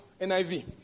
NIV